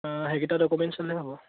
সেইকেইটা ডকুমেণ্টচ হ'লেই হ'ব